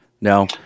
no